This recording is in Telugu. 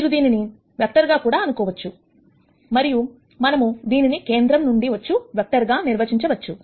మీరు దీనిని వెక్టార్ గా కూడా అనుకోవచ్చు మరియు మనము దీనిని కేంద్రం నుండి వచ్చు వెక్టార్ గా నిర్వచించవచ్చు